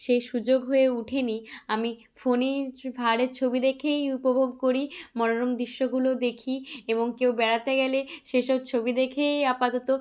সেই সুযোগ হয়ে উঠেনি আমি ফোনেই পাহাড়ের ছবি দেখেই উপভোগ করি মনোরম দৃশ্যগুলো দেখি এবং কেউ বেড়াতে গেলে সেসব ছবি দেখেই আপাতত